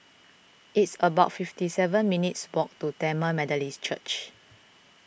it's about fifty seven minutes' walk to Tamil Methodist Church